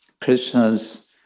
Krishna's